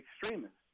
extremists